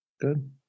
Good